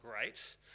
Great